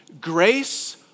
grace